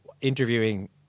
interviewing